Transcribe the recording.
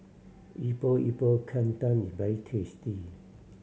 Epok Epok Kentang is very tasty